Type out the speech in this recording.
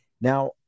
Now